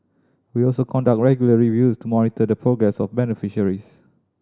we also conduct regular reviews to monitor the progress of beneficiaries